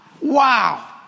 Wow